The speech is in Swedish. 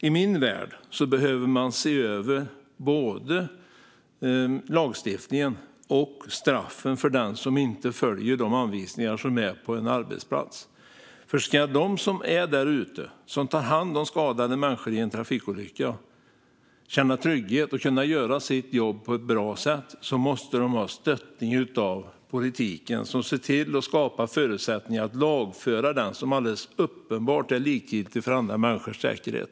I min värld behöver man se över både lagstiftningen och straffen för dem som inte följer de anvisningar som finns på en arbetsplats. Ska de som är där ute och tar hand om skadade människor i en trafikolycka känna trygghet och kunna göra sitt jobb på ett bra sätt måste de ha stöttning av politiken, som ser till att skapa förutsättningar för att lagföra dem som alldeles uppenbart är likgiltiga inför andra människors säkerhet.